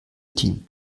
team